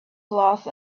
cloth